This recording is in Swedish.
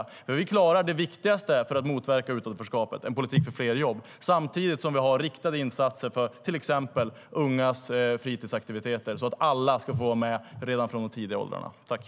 Vi klarar det viktigaste för att motverka utanförskapet, en politik för fler jobb, samtidigt som vi har riktade insatser för till exempel ungas fritidsaktiviteter så att alla ska få vara med redan från tidig ålder.